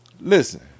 Listen